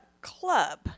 club